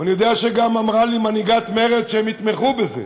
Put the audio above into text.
ואני יודע שגם מנהיגת מרצ אמרה לי שהם יתמכו בזה,